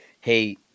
hey